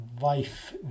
life